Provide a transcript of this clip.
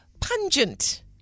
pungent